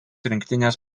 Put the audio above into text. rinktinės